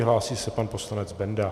Hlásí se pan poslanec Benda.